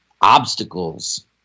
obstacles